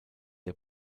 der